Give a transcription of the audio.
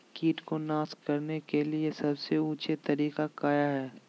किट को नास करने के लिए सबसे ऊंचे तरीका काया है?